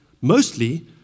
mostly